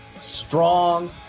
strong